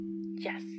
Yes